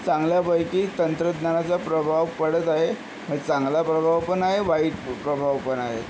चांगल्यापैकी तंत्रज्ञानाचा प्रभाव पडत आहे मये चांगला प्रभाव पण आहे वाईट प्रभाव पण आहे